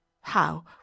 How